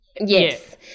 Yes